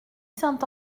saint